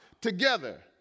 together